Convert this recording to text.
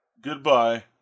Goodbye